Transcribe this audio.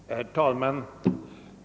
Herr talman!